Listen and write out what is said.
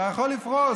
אתה יכול לפרוס,